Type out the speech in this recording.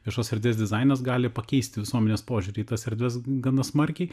viešos srities dizainas gali pakeisti visuomenės požiūrį į tas erdves gana smarkiai